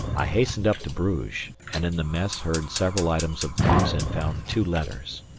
i hastened up to bruges, and in the mess heard several items of news and found two letters.